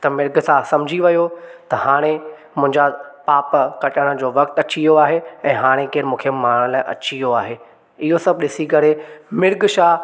त मिर्ग शाह समझी वियो त हाणे मुंहिंजा पाप कटण जो वक़्तु अची वियो आहे ऐं हाणे केरु मूंखे मारण लाइ अची वियो आहे इहो सभु ॾिसी करे मिर्ग शाह